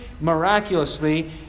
miraculously